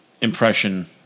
impression